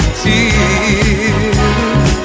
tears